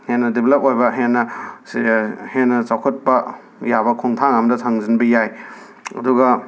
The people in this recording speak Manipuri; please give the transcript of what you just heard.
ꯍꯦꯟꯅ ꯗꯤꯕꯂꯞ ꯑꯣꯏꯕ ꯍꯦꯟꯅ ꯁꯤ ꯍꯦꯟꯅ ꯆꯥꯎꯈꯠꯄ ꯌꯥꯕ ꯈꯣꯡꯊꯥꯡ ꯑꯃꯗ ꯊꯥꯡꯖꯤꯟꯕ ꯌꯥꯏ ꯑꯗꯨꯒ